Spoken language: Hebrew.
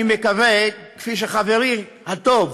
אני מקווה, כפי שחברי הטוב